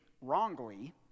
wrongly